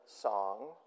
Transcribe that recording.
song